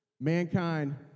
mankind